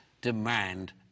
demand